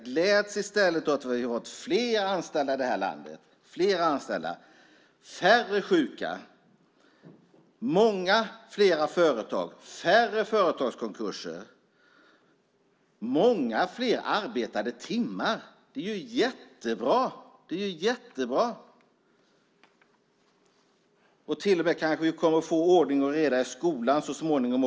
Gläds i stället åt att vi har fått fler anställda i detta land, färre sjuka, många fler företag, färre företagskonkurser och många fler arbetade timmar. Det är ju jättebra! Vi kanske till och med kommer att få ordning och reda i skolan så småningom.